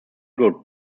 good